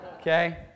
Okay